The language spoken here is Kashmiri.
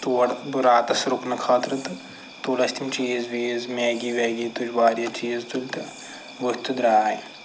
تور بہٕ راتَس رُکنہٕ خٲطرٕ تہٕ تُلۍ اَسہِ تِم چیٖز ویٖز میگی ویگی تُج واریاہ چیٖز تُلۍ تہٕ ؤتھۍ تہٕ درٛاے